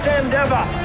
endeavor